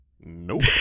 Nope